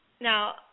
now